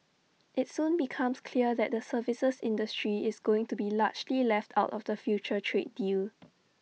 IT soon becomes clear that the services industry is going to be largely left out of the future trade deal